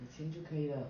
有钱就可以了